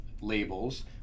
labels